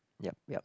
yup yup